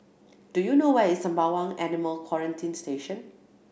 do you know where is Sembawang Animal Quarantine Station